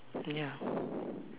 ya